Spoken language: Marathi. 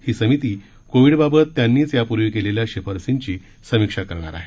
ही समिती कोविडबाबत त्यांनीच यापूर्वी केलेल्या शिफारशींची समीक्षा करणार आहे